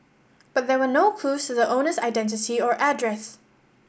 but there were no clues to the owner's identity or address